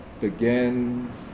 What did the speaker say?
begins